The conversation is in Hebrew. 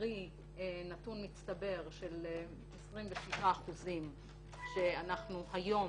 קרי נתון מצטבר של 27% נוספת של 27% שהיום